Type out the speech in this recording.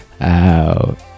out